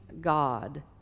God